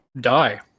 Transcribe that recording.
Die